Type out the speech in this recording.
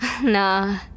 Nah